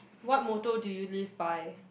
what motto do you live by